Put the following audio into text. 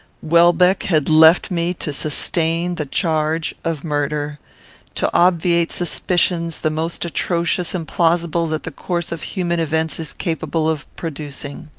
welbeck had left me to sustain the charge of murder to obviate suspicions the most atrocious and plausible that the course of human events is capable of producing.